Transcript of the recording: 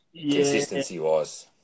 consistency-wise